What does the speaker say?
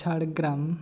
Jhargram